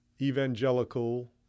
evangelical